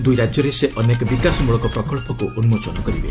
ଦୁଇ ରାଜ୍ୟରେ ସେ ଅନେକ ବିକାଶମଳକ ପ୍ରକଳ୍ପକୁ ଉନ୍କୋଚନ କରିବେ